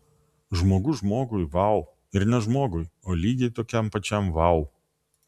žmogus žmogui vau ir ne žmogui o lygiai tokiam pačiam vau